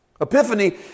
Epiphany